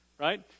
right